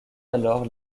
alors